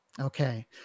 Okay